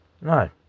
no